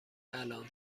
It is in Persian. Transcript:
الان